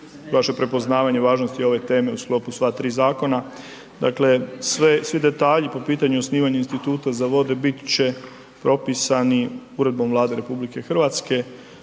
vaše prepoznavanje važnosti ove teme u sklopu sva tri zakona. Dakle, svi detalji po pitanju osnivanja Instituta za vode bit će propisani Uredbom Vlade RH. Što se